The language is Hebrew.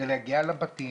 מגיעים לבתים,